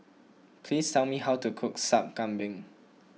please tell me how to cook Sup Kambing